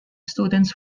students